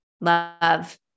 love